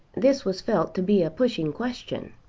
this was felt to be a pushing question.